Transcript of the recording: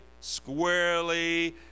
squarely